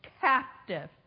captive